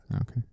Okay